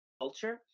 culture